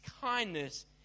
kindness